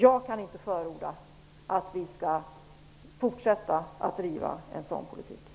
Jag kan inte förorda att vi skall fortsätta att driva en sådan politik.